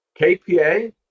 KPA